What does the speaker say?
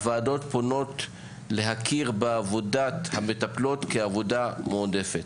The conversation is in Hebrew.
הוועדות פונות להכיר בעבודת המטפלות כעבודה מועדפת.